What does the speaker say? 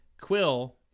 Quill